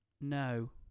no